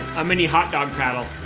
a mini hot dog paddle.